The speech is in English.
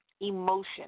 Emotion